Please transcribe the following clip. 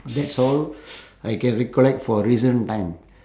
that's all I can recollect for recent time